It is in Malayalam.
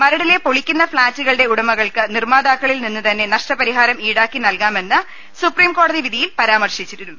മരടിലെ പൊളിക്കുന്ന ഫ്ളാറ്റുകളുടെ ഉടമകൾക്ക് നിർമ്മാതാക്കളിൽ നിന്നു തന്നെ നഷ്ടപരിഹാരം ഈടാക്കി നൽകാമെന്ന് സുപ്രീംകോടതി വിധിയിൽ പരാമർശിച്ചിരുന്നു